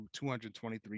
223